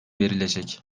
verilecek